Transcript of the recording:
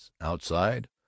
Outside